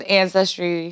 ancestry